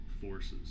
forces